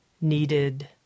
needed